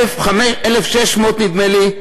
1,600 נדמה לי,